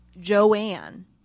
Joanne